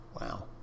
wow